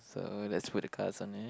so let's put the cards